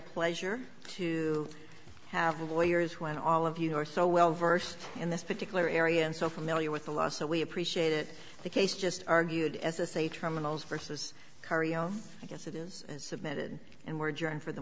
pleasure to have lawyers when all of your so well versed in this particular area and so familiar with the law so we appreciate it the case just argued s s a terminals versus i guess it is submitted and we're joined for the